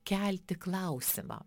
kelti klausimą